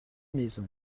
maisons